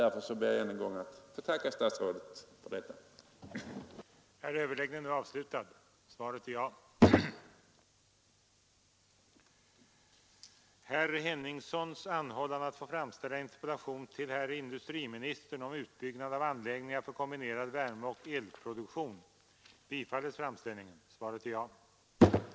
Därför ber jag än en gång att få tacka herr statsrådet för svaret på min interpellation.